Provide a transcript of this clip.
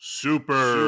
super